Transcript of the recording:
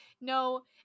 No